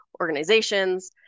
organizations